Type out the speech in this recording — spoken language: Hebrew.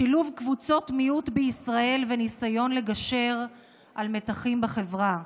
שילוב קבוצות מיעוט בישראל וניסיון לגשר על מתחים בחברה.